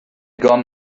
gone